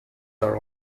are